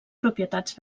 propietats